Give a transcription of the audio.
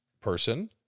person